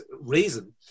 reason